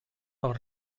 pel